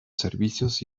servicios